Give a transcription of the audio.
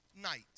night